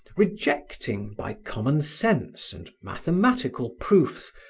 rejecting, by common sense and mathematical proofs,